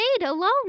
alone